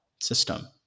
system